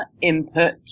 Input